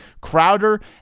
Crowder